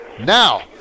Now